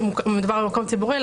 מדובר במקום ציבורי,